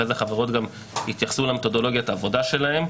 ואחרי זה החברות גם יתייחסו למתודולוגיות העבודה שלהן,